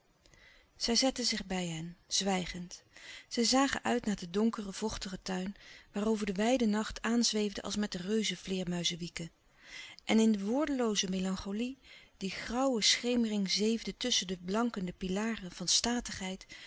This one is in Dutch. zij zette zich bij hen zwijgend zij zagen uit naar den donkeren vochtigen tuin waarover de wijde nacht aanzweefde als met reuzevleêrmuizenwieken en in de woordelooze melancholie die grauwe schemering zeefde tusschen de blankende pilaren van statigheid